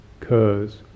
occurs